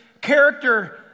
character